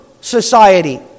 society